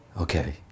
Okay